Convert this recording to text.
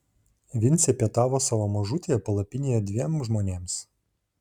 vincė pietavo savo mažutėje palapinėje dviem žmonėms